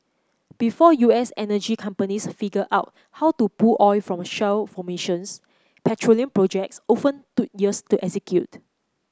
before U S energy companies figure out how to pull oil from shale formations petroleum projects often took years to execute